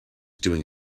doing